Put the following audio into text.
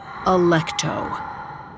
Electo